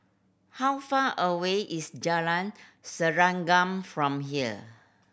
how far away is Jalan Serengam from here